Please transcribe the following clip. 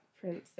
princess